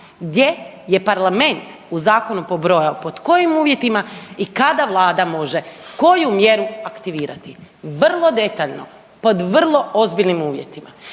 gdje je parlament u zakonu pobrojao pod kojim uvjetima i kada vlada može koju mjeru aktivirati, vrlo detaljno pod vrlo ozbiljnim uvjetima,